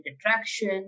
attraction